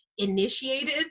Initiated